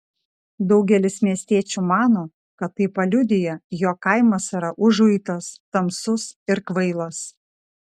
daugelis miestiečių mano kad tai paliudija jog kaimas yra užuitas tamsus ir kvailas